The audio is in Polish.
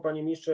Panie Ministrze!